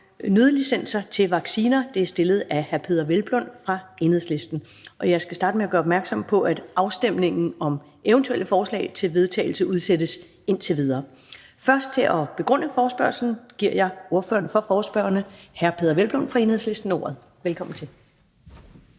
Kl. 13:02 Første næstformand (Karen Ellemann): Jeg skal starte med at gøre opmærksom på, at afstemning om eventuelle forslag til vedtagelse udsættes indtil videre. Først til at begrunde forespørgslen giver jeg ordføreren for forespørgerne, hr. Peder Hvelplund fra Enhedslisten, ordet. Kl.